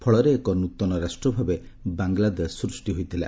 ଫଳରେ ଏକ ନୂତନ ରାଷ୍ଟ୍ର ଭାବେ ବାଂଲାଦେଶ ସୃଷ୍ଟି ହୋଇଥିଲା